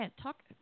talk